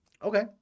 Okay